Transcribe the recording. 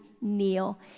kneel